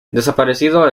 desaparecido